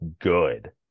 good